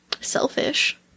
selfish